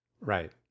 Right